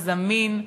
הוא זמין,